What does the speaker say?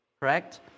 Correct